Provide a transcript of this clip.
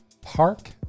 Park